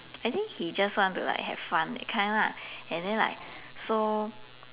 I think he just want to like have fun that kind lah and then like so